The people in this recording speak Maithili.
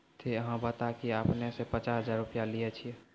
ते अहाँ बता की आपने ने पचास हजार रु लिए छिए?